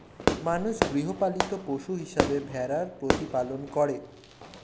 মানুষ গৃহপালিত পশু হিসেবে ভেড়ার প্রতিপালন করে